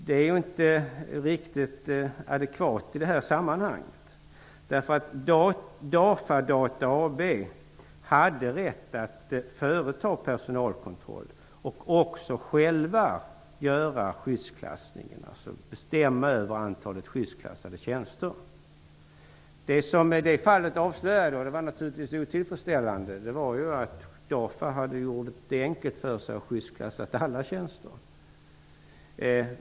Det är inte riktigt adekvat i det här sammanhanget. DAFA Data AB hade rätt att företa personalkontroll och också att själv göra skyddsklassningen, dvs. bestämma över antalet skyddsklassade tjänster. Det som avslöjades i det fallet och som naturligtvis var otillfredsställande var att DAFA hade gjort det enkelt för sig och skyddsklassat alla tjänster.